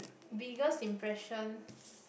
biggest impression